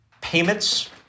payments